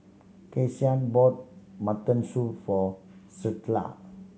Kyson bought mutton soup for Starla